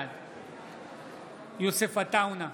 בעד יוסף עטאונה,